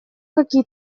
какие